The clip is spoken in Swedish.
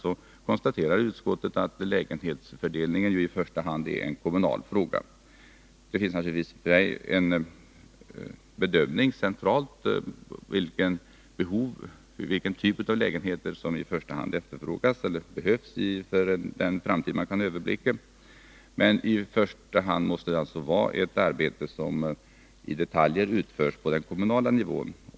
Utskottet konstaterar att lägenhetsfördelningen i första hand är en kommunal fråga. Det görs naturligtvis en bedömning centralt, vilken typ av lägenheter som i första hand efterfrågas eller behövs inom den framtid man kan överblicka. Menii första hand är detta ett arbete som i detalj utförs på den kommunala nivån.